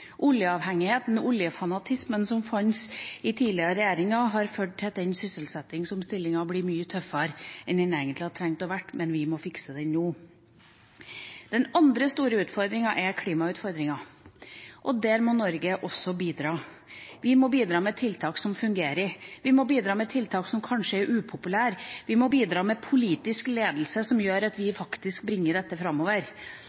Oljeavhengigheten, oljefanatismen, som fantes i tidligere regjeringer, har ført til at den sysselsettingsomstillinga blir mye tøffere enn den egentlig hadde trengt å være, men vi må fikse det nå. Den andre store utfordringa er klimautfordringa, og der må Norge også bidra. Vi må bidra med tiltak som fungerer, vi må bidra med tiltak som kanskje er upopulære, vi må bidra med politisk ledelse som gjør at vi faktisk bringer dette framover.